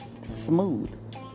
Smooth